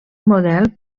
model